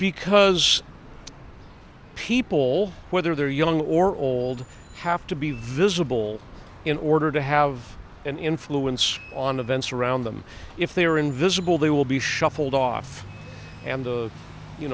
because people whether they're young or old have to be visible in order to have an influence on events around them if they are invisible they will be shuffled off and